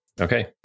Okay